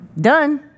done